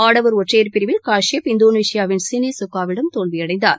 ஆடவர் ஒற்றையர் பிரிவில் காஸ்யப் இந்தோனேஷியாவின் சினி சுக்காவிடம் தோல்வியடைந்தார்